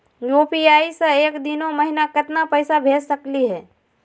UPI स एक दिनो महिना केतना पैसा भेज सकली हे?